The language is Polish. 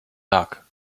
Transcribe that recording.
tak